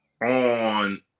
on